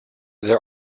there